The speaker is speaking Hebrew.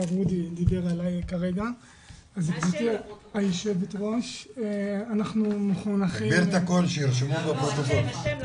גברתי היושבת-ראש, אנחנו מחונכים לשרת את המדינה.